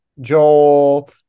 joel